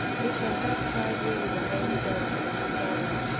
he shall baptize you with the holy ghost and with fire,